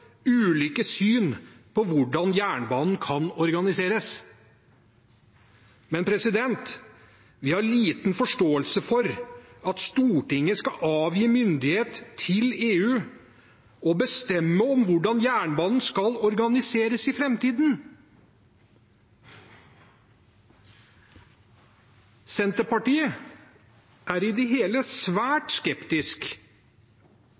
ulike syn på hvordan jernbanen kan organiseres, men vi har liten forståelse for at Stortinget skal avgi myndighet til EU når det gjelder å bestemme hvordan jernbanen skal organiseres i framtiden. Senterpartiet er i det hele